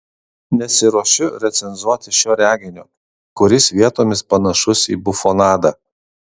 nesiruošiu recenzuoti šio reginio kuris vietomis panašus į bufonadą